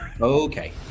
Okay